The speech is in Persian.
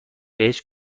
بهش